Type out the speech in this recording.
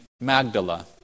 Magdala